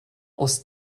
aus